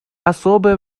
особое